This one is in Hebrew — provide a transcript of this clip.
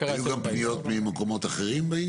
יש פניות גם ממקומות אחרים?